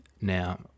Now